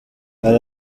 hari